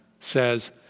says